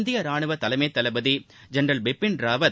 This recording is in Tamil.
இந்திய ரானுவ தலைமைத் தளபதி ஜென்ரல் பிபின் ராவத்